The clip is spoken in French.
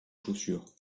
chaussures